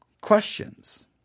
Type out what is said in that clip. questions